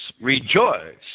Rejoice